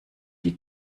die